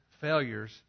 failures